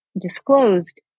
disclosed